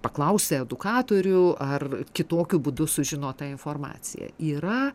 paklausia edukatorių ar kitokiu būdu sužino tą informaciją yra